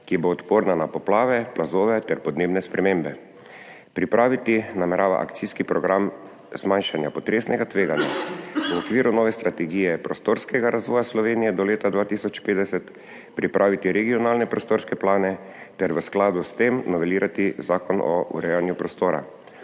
ki bo odporna na poplave, plazove ter podnebne spremembe. Pripraviti namerava Akcijski program zmanjšanja potresnega tveganja, v okviru nove strategije prostorskega razvoja Slovenije do leta 2050 pripraviti regionalne prostorske plane ter v skladu s tem novelirati Zakon o urejanju prostora,